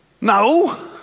No